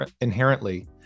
inherently